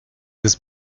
this